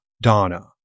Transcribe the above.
Donna